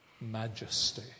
majesty